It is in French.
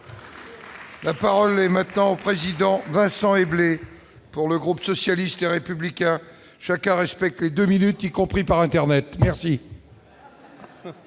La parole est maintenant président Vincent et blessé pour le groupe socialiste et républicain chacun respecte les 2 minutes, y compris par Internet, merci.